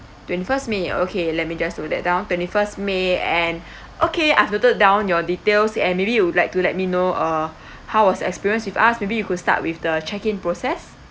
twenty first may okay let me just note that down twenty first may and okay I've noted down your details and maybe you would like to let me know uh how was the experience with us maybe you could start with the check-in process